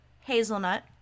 hazelnut